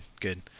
good